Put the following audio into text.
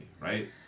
right